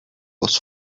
was